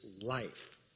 life